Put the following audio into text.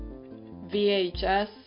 VHS